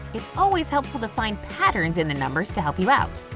it's always helpful to find patterns in the numbers to help you out.